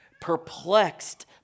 Perplexed